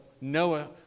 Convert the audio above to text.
Noah